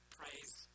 praise